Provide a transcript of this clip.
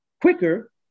quicker